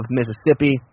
Mississippi